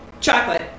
Chocolate